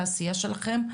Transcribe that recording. על העשייה שלכן,